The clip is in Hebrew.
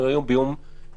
היום אנחנו כבר ביום ראשון.